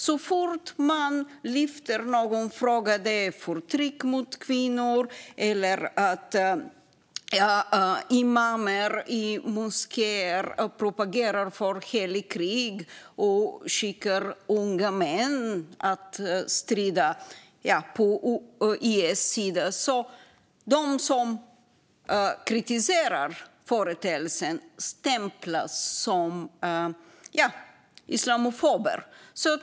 Så fort man lyfter upp någon fråga och kritiserar företeelsen, till exempel förtryck mot kvinnor eller att imamer i moskéer propagerar för heligt krig och skickar unga män för att strida på IS sida, stämplas man som islamofob.